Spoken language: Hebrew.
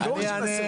בטוח שהם עשו.